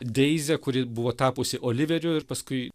deizę kuri buvo tapusi oliveriu ir paskui